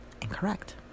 incorrect